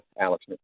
Alex